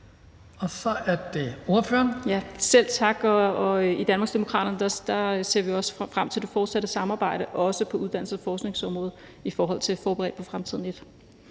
Marlene Harpsøe (DD): Selv tak. Hos Danmarksdemokraterne ser vi frem til det fortsatte samarbejde, også på uddannelses- og forskningsområdet i forhold til »Forberedt på fremtiden«.